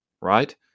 right